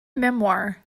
memoir